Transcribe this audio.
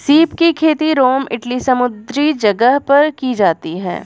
सीप की खेती रोम इटली समुंद्री जगह पर की जाती है